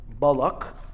Balak